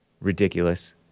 Ridiculous